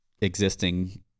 existing